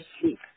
sleep